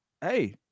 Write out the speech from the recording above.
Hey